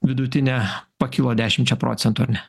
vidutinė pakilo dešimčia procentų ar ne